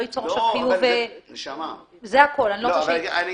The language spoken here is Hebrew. אם אתה